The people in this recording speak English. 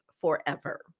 forever